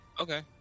okay